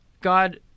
God